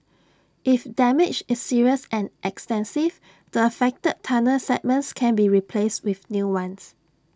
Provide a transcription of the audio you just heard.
if damage is serious and extensive the affected tunnel segments can be replaced with new ones